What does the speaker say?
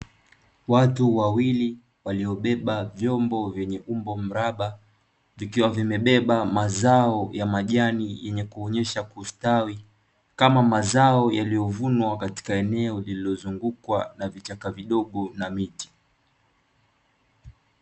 Watu wawili waliobeba vyombo vyenye umbo mraba, vikiwa vimebeba mazao ya majani yenye kuonyesha kustawi, kama mazao yaliyovunwa katika eneo lililozungukwa na vichaka vidogo na miti.